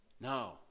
no